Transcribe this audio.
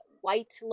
white